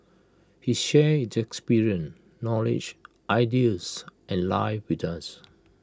he shared his experience knowledge ideas and life with us